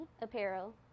Apparel